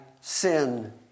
sin